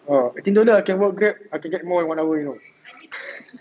oh eighteen dollar I can work grab I can earn more in one hour you know